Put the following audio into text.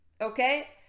Okay